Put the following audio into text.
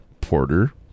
porter